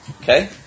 okay